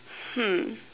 hmm